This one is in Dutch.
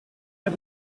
heb